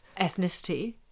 ethnicity